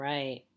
Right